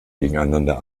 gegeneinander